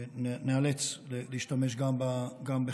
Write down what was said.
ניאלץ להשתמש גם בכך.